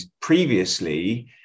previously